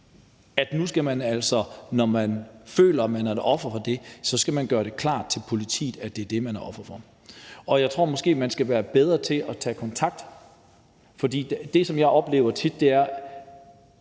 at nu skal man altså, når man føler, at man er et offer for det, gøre det klart over for politiet, at det er det, man er offer for. Jeg tror måske, at man skal være bedre til at tage kontakt, for det, som jeg tit oplever, er